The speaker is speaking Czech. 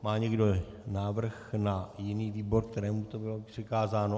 Má někdo návrh na jiný výbor, kterému to bylo přikázáno?